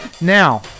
Now